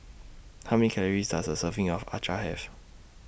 How Many Calories Does A Serving of Acar Have